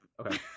Okay